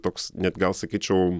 toks net gal sakyčiau